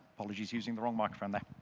apologies, using the wrong microphone there.